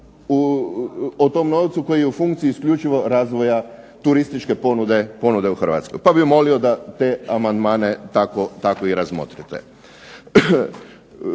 o tom novcu koji je u funkciji isključivo razvoja turističke ponude u Hrvatskoj. Pa bi molio da te amandmane tako i razmotrite.